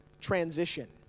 transition